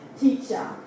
teacher